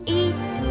eat